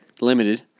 limited